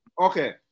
Okay